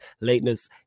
lateness